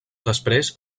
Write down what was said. després